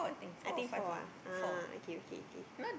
I think four ah ah okay okay okay